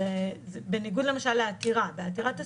אבל יש